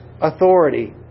authority